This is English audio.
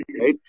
right